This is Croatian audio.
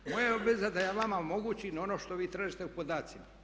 Moja je obveza da ja vama omogućim ono što vi tražite u podacima.